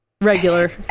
regular